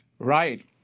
Right